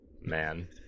Man